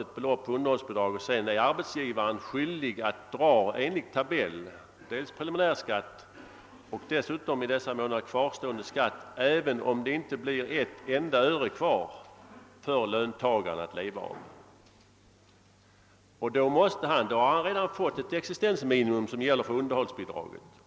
ett belopp först sätts undan för underhållsbidraget, varefter arbetsgivaren är skyldig att enligt tabell dra dels preliminärskatt, dels under det första kvartalet kvarskatt, även om det då inte blir ett öre kvar för löntagaren att leva på. Löntagaren har alltså fått ett existensminimum som gäller för underhållsbidraget.